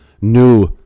new